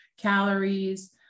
calories